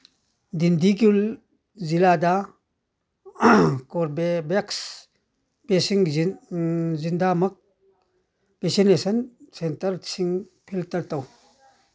ꯗꯤꯟꯗꯤꯀꯨꯜ ꯖꯤꯂꯥꯗ Corbevax vaccine ꯖꯤꯟꯗꯥꯃꯛ vaccination ꯁꯦꯟꯇꯔꯁꯤꯡ ꯐꯤꯜꯇꯔ ꯇꯧ